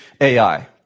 AI